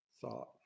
thought